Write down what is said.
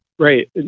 Right